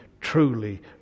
truly